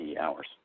hours